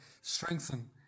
strengthen